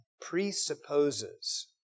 presupposes